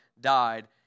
died